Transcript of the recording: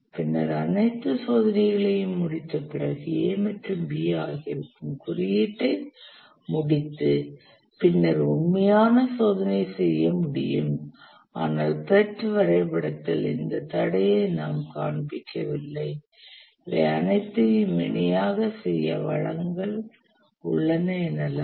பின்னர் அனைத்து சோதனையும் முடிந்த பிறகு A மற்றும் B ஆகியவற்றின் குறியீட்டை முடித்து பின்னர் உண்மையான சோதனைச்யை செய்ய முடியும் ஆனால் PERT வரைபடத்தில் இந்த தடையை நாம் காண்பிக்கவில்லை இவை அனைத்தையும் இணையாக செய்ய வளங்கள் உள்ளன எனலாம்